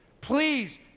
Please